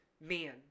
Man